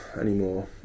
anymore